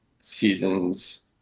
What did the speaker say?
seasons